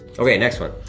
okay, next one.